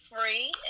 free